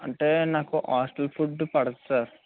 అంటే నాకు hostel food పడదు సార్